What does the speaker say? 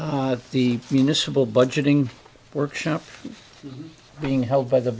by the municipal budgeting workshop being held by the